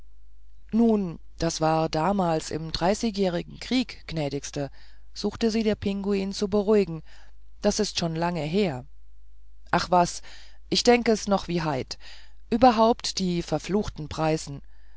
nun das war damals im dreißigjährigen krieg gnädigste suchte sie der pinguin zu beruhigen das ist schon lange her ach was ich denk es noch wie heite ieberhaupt die verfluchten preißen